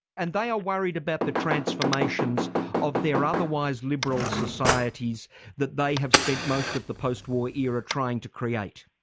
and they are worried about the transformations of their otherwise liberal societies that they have spent most of the post-war era trying to create.